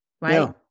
right